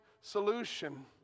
solution